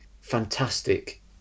fantastic